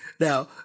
Now